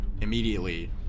immediately